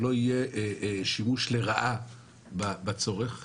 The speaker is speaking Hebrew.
שלא יהיה שימוש לרעה בצורך.